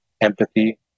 empathy